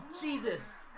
Jesus